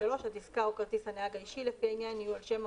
579 לגבי רכב שנמצא בפיקוחו,